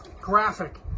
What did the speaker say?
Graphic